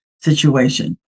situation